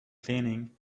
cleaning